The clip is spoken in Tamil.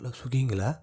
ஹலோ ஸ்விகிங்களா